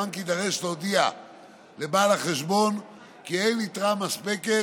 הבנק יידרש להודיע לבעל החשבון כי אין יתרה מספקת